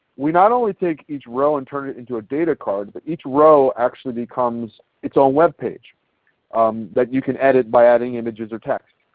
we not only take each row and turn it into a data card, but each row actually becomes its own webpage that you can edit by adding images or text.